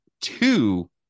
two